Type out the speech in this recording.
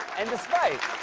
and despite